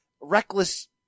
reckless